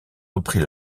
repris